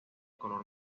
color